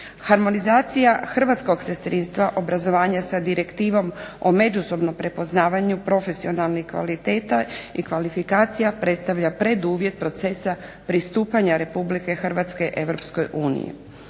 Harmonizacija hrvatskog sestrinstva, obrazovanja sa direktivom o međusobnom prepoznavanju profesionalnih kvaliteta i kvalifikacija predstavlja preduvjet procesa pristupanja Republike Hrvatske Europskoj uniji.